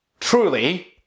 truly